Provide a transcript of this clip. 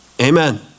Amen